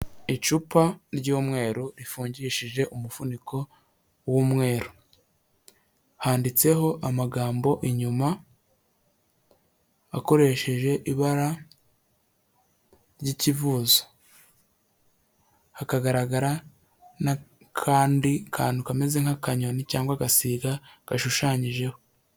Icupa ry'umweru rifungishije umufuniko w'umweru, handitseho amagambo inyuma akoresheje ibara ry'ikivuzo hagaragara n'akandi kantu kameze nk'akanyoni cyangwa agasiga gashushanyijeho.